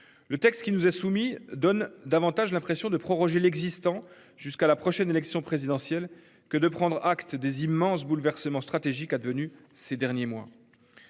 Le texte qui nous est soumis donne davantage l'impression de proroger l'existant jusqu'à la prochaine élection présidentielle que de prendre acte des immenses bouleversements stratégiques à devenu ces derniers mois.